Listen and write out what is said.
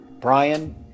Brian